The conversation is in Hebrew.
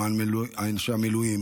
למען אנשי המילואים,